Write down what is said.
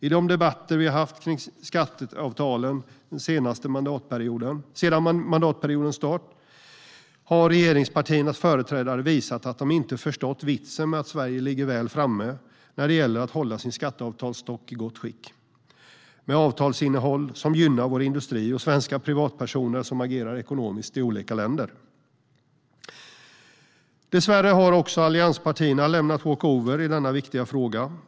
I de debatter som vi har haft kring skatteavtalen sedan mandatperiodens start har regeringspartiernas företrädare visat att de inte har förstått vitsen med att Sverige ligger väl framme när det gäller att hålla sin skatteavtalsstock i gott skick med avtalsinnehåll som gynnar vår industri och svenska privatpersoner som agerar ekonomiskt i olika länder. Dessvärre har också allianspartierna lämnat walkover i denna viktiga fråga.